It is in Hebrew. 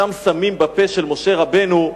שם שמים בפה של משה רבנו,